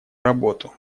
работу